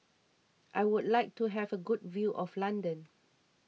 I would like to have a good view of London